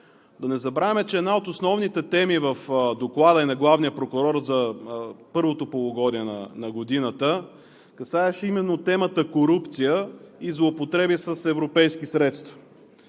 Да не забравяме, че една от основните теми в доклада и на главния прокурор за първото полугодие на годината касаеше именно темата корупция и злоупотреби с европейски средства.